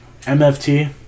MFT